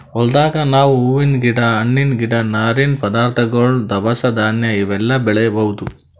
ಹೊಲ್ದಾಗ್ ನಾವ್ ಹೂವಿನ್ ಗಿಡ ಹಣ್ಣಿನ್ ಗಿಡ ನಾರಿನ್ ಪದಾರ್ಥಗೊಳ್ ದವಸ ಧಾನ್ಯ ಇವೆಲ್ಲಾ ಬೆಳಿಬಹುದ್